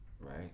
right